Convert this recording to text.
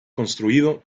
construido